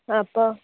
അപ്പോൾ